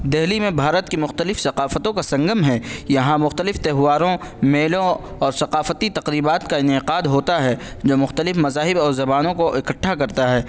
دہلی میں بھارت کی مختلف ثقافتوں کا سنگم ہے یہاں مختلف تہواروں میلوں اور ثقافتی تقریبات کا انعقاد ہوتا ہے جو مختلف مذاہب اور زبانوں کو اکٹھا کرتا ہے